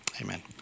Amen